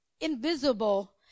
invisible